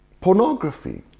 pornography